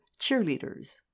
cheerleaders